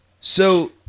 So-